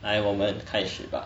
来我们开始吧